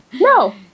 no